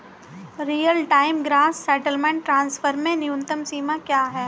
Real time gross settlement transfer में न्यूनतम सीमा क्या है?